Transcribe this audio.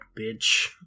bitch